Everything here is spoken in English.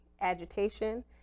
agitation